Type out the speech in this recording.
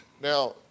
Now